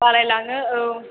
बालायलाङो औ